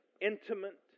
intimate